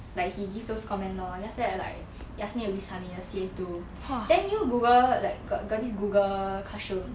like he give those comment lor then after that like he ask me submit the C_A two then you Google like got this Google classroom